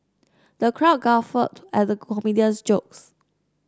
the crowd guffawed at the comedian's jokes